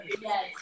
Yes